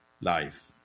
life